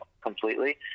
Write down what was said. completely